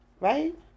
Right